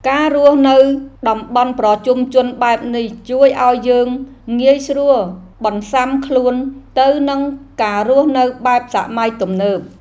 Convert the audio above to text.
ការរស់នៅតំបន់ប្រជុំជនបែបនេះជួយឱ្យយើងងាយស្រួលបន្សាំខ្លួនទៅនឹងការរស់នៅបែបសម័យទំនើប។